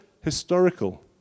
historical